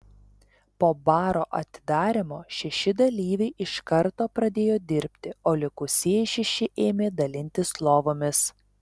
po baro atidarymo šeši dalyviai iš karto pradėjo dirbti o likusieji šeši ėmė dalintis lovomis